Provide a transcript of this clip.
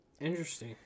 Interesting